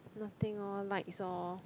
nothing lor light oh